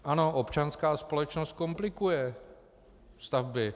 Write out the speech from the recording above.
Ano, občanská společnost komplikuje stavby.